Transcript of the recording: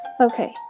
Okay